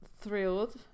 thrilled